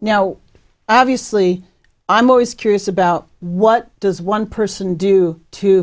now obviously i'm always curious about what does one person do to